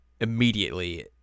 immediately